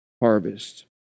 harvest